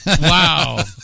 Wow